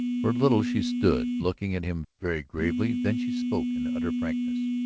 for a little she stood, looking at him very gravely. then she spoke in utter frankness.